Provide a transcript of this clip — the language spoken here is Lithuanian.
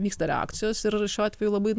vyksta reakcijos ir šiuo atveju labai